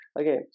Okay